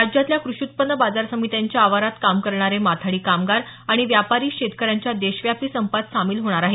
राज्यातल्या कृषि उत्पन्न बाजार समित्यांच्या आवारात काम करणाऱे माथाडी कामगार आणि व्यापारी शेतकऱ्यांच्या देशव्यापी संपात सामील होणार आहे